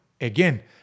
Again